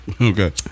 Okay